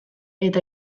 eta